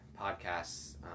podcasts